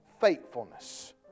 faithfulness